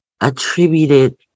attributed